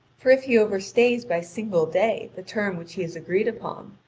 for if he overstays by single day the term which he has agreed upon,